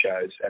shows